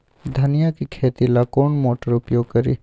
धनिया के खेती ला कौन मोटर उपयोग करी?